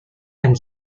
and